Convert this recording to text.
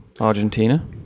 Argentina